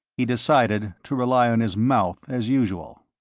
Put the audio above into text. he decided to rely on his mouth, as usual.